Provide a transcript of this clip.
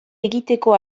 egiteko